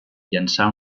llançar